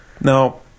Now